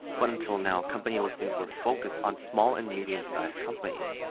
but until now company listings were focused on small-and-medium-sized companies.